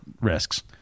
risks